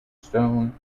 stone